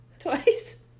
Twice